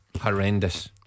Horrendous